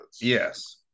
Yes